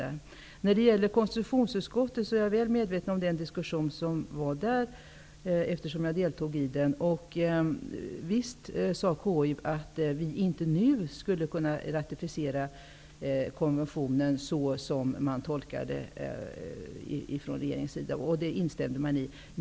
Jag är väl medveten om den diskussion som ägde rum i konstitutionsutskottet, eftersom jag deltog i den. Visst är det så att KU sade att vi inte nu skulle kunna ratificera konventionen så som regeringen tolkade den.